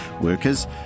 workers